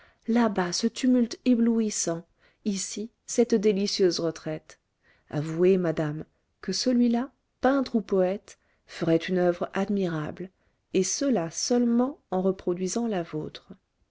là-bas ce tumulte éblouissant ici cette délicieuse retraite avouez madame que celui-là peintre ou poëte ferait une oeuvre admirable et cela seulement en reproduisant la vôtre